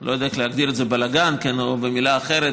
אני לא יודע איך להגדיר את זה, בלגן או מילה אחרת,